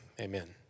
Amen